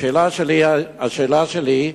השאלה שלי היא: